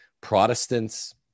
Protestants